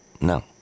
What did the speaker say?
no